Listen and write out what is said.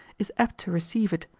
is apt to receive it,